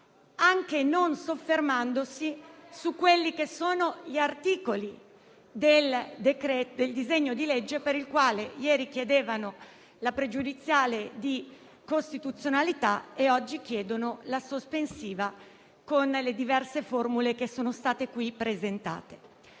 anche non soffermandosi sugli articoli del disegno di legge per il quale ieri chiedevano la pregiudiziale di costituzionalità e oggi la sospensiva, con le diverse formule che sono state presentate.